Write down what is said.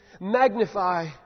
magnify